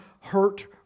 hurt